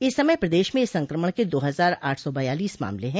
इस समय प्रदेश में इस संक्रमण के दो हजार आठ सौ बयालीस मामले हैं